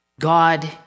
God